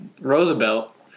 Roosevelt